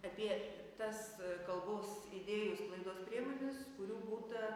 apie tas kalbos idėjų sklaidos priemones kurių būta